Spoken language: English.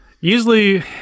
Usually